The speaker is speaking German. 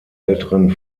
älteren